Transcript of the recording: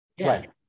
Right